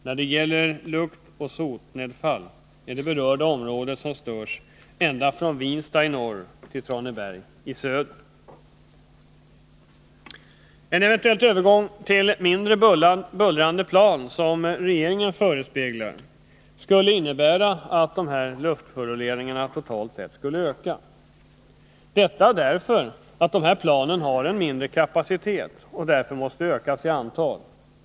När det gäller lukt och sotnedfall störs ett område ända från Vinsta i norr till Traneberg i söder. En eventuell övergång till mindre bullrande plan, som regeringen förespeglar, skulle innebära att luftföroreningarna totalt sett skulle öka. Detta beror på att dessa plan har en mindre kapacitet och att därför antalet måste ökas.